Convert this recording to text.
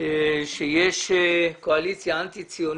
שבחיפה יש קואליציה אנטי ציונית.